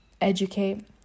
Educate